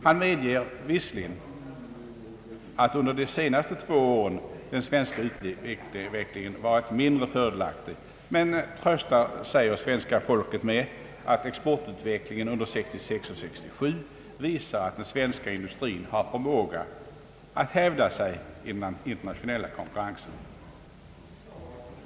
Han medger visserligen att under de senaste två åren har den svenska utvecklingen varit mindre fördelaktig, man han tröstar sig och svenska folket med att exportutvecklingen under 1966 och 1967 visar att den svenska industrin bar förmåga att hävda sig i den internationella konkurrensen.